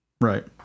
right